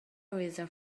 reason